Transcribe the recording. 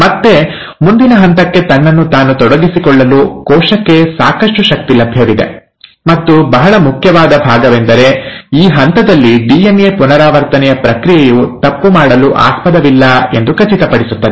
ಮತ್ತೆ ಮುಂದಿನ ಹಂತಕ್ಕೆ ತನ್ನನ್ನು ತಾನು ತೊಡಗಿಸಿಕೊಳ್ಳಲು ಕೋಶಕ್ಕೆ ಸಾಕಷ್ಟು ಶಕ್ತಿ ಲಭ್ಯವಿದೆ ಮತ್ತು ಬಹಳ ಮುಖ್ಯವಾದ ಭಾಗವೆಂದರೆ ಈ ಹಂತದಲ್ಲಿ ಡಿಎನ್ಎ ಪುನರಾವರ್ತನೆಯ ಪ್ರಕ್ರಿಯೆಯು ತಪ್ಪುಮಾಡಲು ಆಸ್ಪದವಿಲ್ಲ ಎಂದು ಖಚಿತಪಡಿಸುತ್ತದೆ